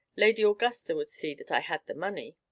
lady augusta would see that i had the money.